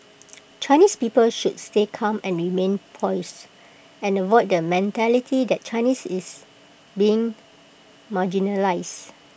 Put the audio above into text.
Chinese people should stay calm and remain poised and avoid the mentality that Chinese is being marginalised